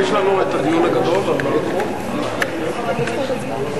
ההצעה לכלול את הנושא שהעלו חברי הכנסת דב חנין